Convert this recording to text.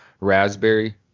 raspberry